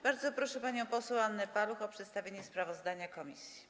Bardzo proszę panią poseł Annę Paluch o przedstawienie sprawozdania komisji.